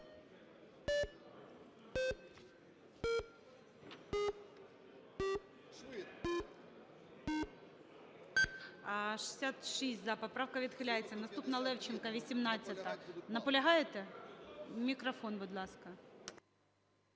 За-66 Поправка відхиляється. Наступна Левченка 18-а. Наполягаєте? Мікрофон, будь ласка.